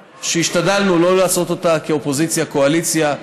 השתדלנו לא לעשות את העבודה שעשינו כאופוזיציה קואליציה,